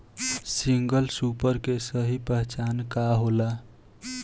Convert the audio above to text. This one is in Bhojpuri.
सिंगल सूपर के सही पहचान का होला?